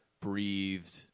breathed